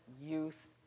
youth